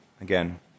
again